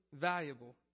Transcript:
valuable